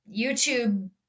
YouTube